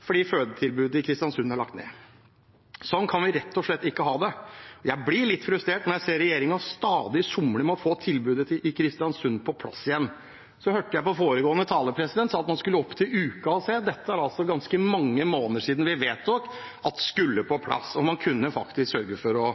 fordi fødetilbudet i Kristiansund er lagt ned. Sånn kan vi rett og slett ikke ha det. Jeg blir litt frustrert når jeg ser at regjeringen stadig somler med å få tilbudet i Kristiansund på plass igjen. Så hørte jeg at foregående taler sa at man skulle opp til uken og se. Det er ganske mange måneder siden vi vedtok at dette skulle på plass, og man kunne ha sørget for å